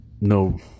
no